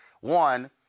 One